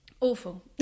Awful